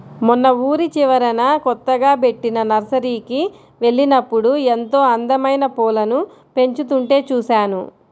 మొన్న ఊరి చివరన కొత్తగా బెట్టిన నర్సరీకి వెళ్ళినప్పుడు ఎంతో అందమైన పూలను పెంచుతుంటే చూశాను